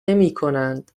نمیکنند